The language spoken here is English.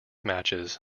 matches